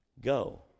go